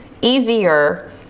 easier